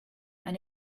and